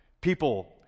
people